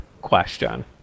question